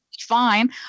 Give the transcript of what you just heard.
fine